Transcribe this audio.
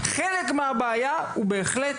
חלק מהבעיה הוא בהחלט